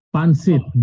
Pansit